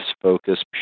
focus